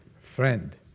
friend